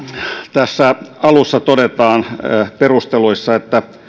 tässä perustelujen alussa todetaan että